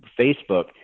Facebook